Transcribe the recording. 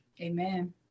Amen